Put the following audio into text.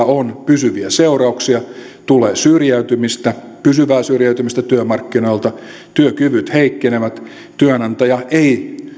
on pysyviä seurauksia tulee syrjäytymistä pysyvää syrjäytymistä työmarkkinoilta työkyvyt heikkenevät työnantaja ei